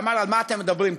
ואמר על מה אתם מדברים,